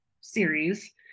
series